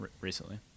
recently